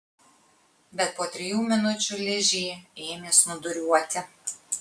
bet po trijų minučių ližė ėmė snūduriuoti